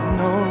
no